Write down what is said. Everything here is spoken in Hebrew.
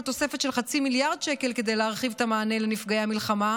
תוספת של חצי מיליארד שקל כדי להרחיב את המענה לנפגעי המלחמה,